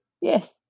Yes